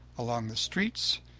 along the streets,